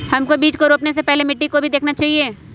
हमको बीज को रोपने से पहले मिट्टी को भी देखना चाहिए?